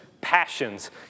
passions